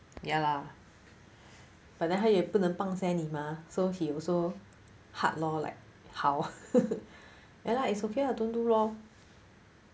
ya lah but then 他也不能 pangseh 你吗 so he also hard lor like how ya lah it's okay lah don't do lor